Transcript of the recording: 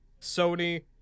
Sony